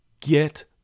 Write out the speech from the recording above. Get